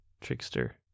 trickster